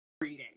reading